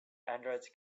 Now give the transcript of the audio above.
androids